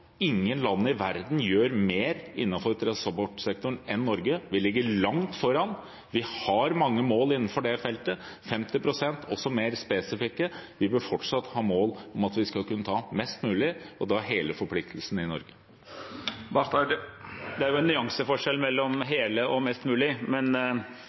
ingen land i verden gjør mer innenfor transportsektoren enn Norge. Vi ligger langt foran. Vi har mange mål innenfor det feltet – 50 pst., også mer spesifikke. Vi bør fortsatt ha mål om at vi skal kunne ta mest mulig, og da hele forpliktelsen, i Norge. Det er jo en nyanseforskjell mellom «hele» og «mest mulig», men